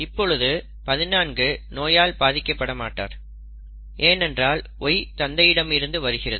இப்பொழுது 14 நோயால் பாதிக்கப்படமாட்டார் ஏனென்றால் Y தந்தையிடம் இருந்து வருகிறது